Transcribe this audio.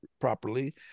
properly